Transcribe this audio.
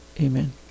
Amen